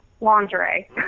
lingerie